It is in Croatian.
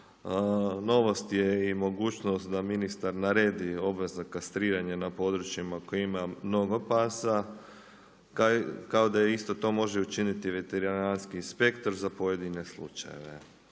Novost je i mogućnost da ministar naredi obvezna kastriranja na područjima koje ima mnogo pasa kao da i isto to može učiniti veterinarski inspektor za pojedine slučajeve.